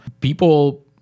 people –